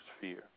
fear